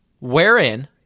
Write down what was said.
Wherein